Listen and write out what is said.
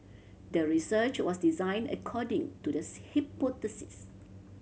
the research was designed according to the hypothesis